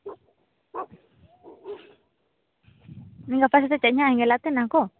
ᱤᱧ ᱜᱟᱯᱟ ᱥᱮᱛᱟᱜ ᱪᱟᱞᱟᱜ ᱤᱧ ᱦᱟᱸᱜ ᱧᱮᱞᱟ ᱛᱟᱦᱮᱸ ᱱᱟᱝᱠᱚ